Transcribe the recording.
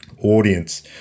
audience